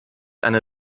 eine